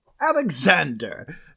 Alexander